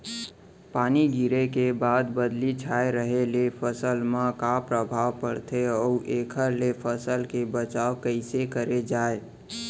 पानी गिरे के बाद बदली छाये रहे ले फसल मा का प्रभाव पड़थे अऊ एखर ले फसल के बचाव कइसे करे जाये?